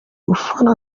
ufana